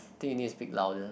think you need to speak louder